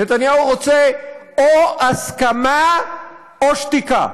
נתניהו רוצה או הסכמה או שתיקה.